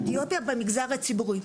במגזר הציבורי.